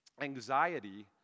Anxiety